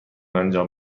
انجام